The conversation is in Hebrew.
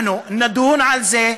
אנחנו נדון על זה,